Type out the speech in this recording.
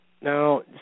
Now